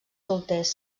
solters